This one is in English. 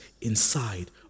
inside